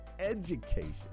education